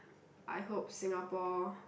I hope Singapore